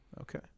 Okay